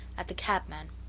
at the cabman,